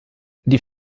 die